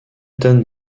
tonnes